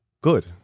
good